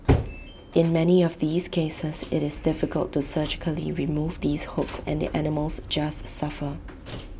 in many of these cases IT is difficult to surgically remove these hooks and the animals just suffer